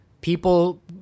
people